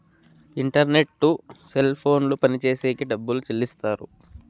internet cell ఫోన్లు పనిచేసేకి డబ్బులు చెల్లిస్తారు